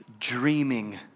dreaming